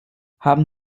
haben